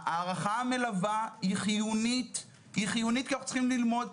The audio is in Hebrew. ההערכה המלווה היא חיונית כי אנו צריכים ללמוד.